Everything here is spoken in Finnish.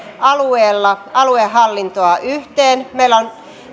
alueella aluehallintoa yhteen meillä on